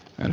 hän